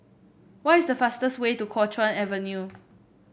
what is the fastest way to Kuo Chuan Avenue